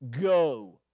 go